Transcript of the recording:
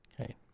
Okay